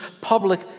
public